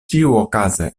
ĉiuokaze